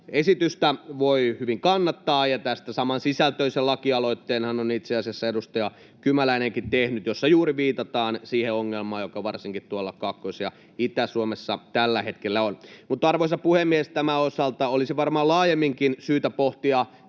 esitystä voi hyvin kannattaa. Tästähän on itse asiassa edustaja Kymäläinenkin tehnyt samansisältöisen lakialoitteen, jossa juuri viitataan siihen ongelmaan, joka varsinkin tuolla Kaakkois- ja Itä-Suomessa tällä hetkellä on. Mutta, arvoisa puhemies, tämän osalta olisi varmaan laajemminkin syytä pohtia,